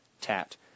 tat